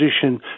position